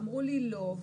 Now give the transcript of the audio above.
אמרו לי לא.